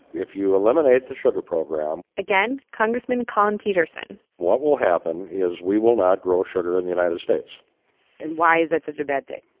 if you eliminate the sugar program. again, congressman collin peterson. what will happen is we will not grow sugar in the united states and why is that such a bad thing?